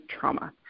trauma